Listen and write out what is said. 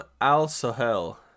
Al-Sahel